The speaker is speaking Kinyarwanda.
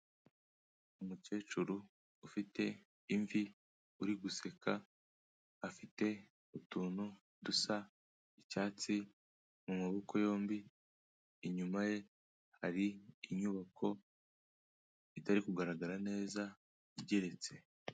Umukecuru ufite imvi, uri guseka, afite utuntu dusa icyatsi mu maboko yombi, inyuma ye, hari inyubako itari kugaragara neza, igeretse.